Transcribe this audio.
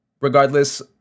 regardless